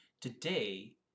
Today